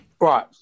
Right